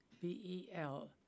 B-E-L